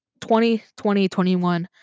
2020-21